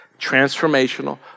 transformational